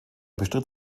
bestritt